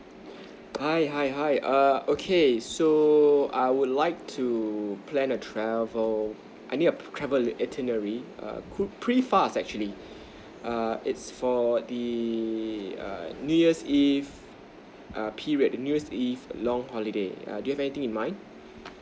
hi hi hi err okay so I would like to plan a travel I need a travel itinerary err could pretty fast actually err it's for the err new year eve err period the new year eve long holiday err do you have anything in mind